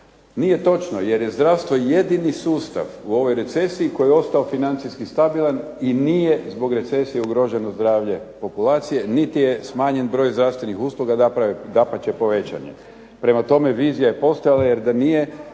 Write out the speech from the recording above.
Nije točno, jer je zdravstvo jedini sustav u ovoj recesiji koji je ostao financijski stabilan i nije zbog recesije ugroženo zdravlje populacije niti je smanjen broj zdravstvenih usluga, dapače povećan je. Prema tome, vizija je postojala, jer da nije